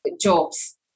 jobs